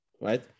Right